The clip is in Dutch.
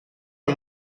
een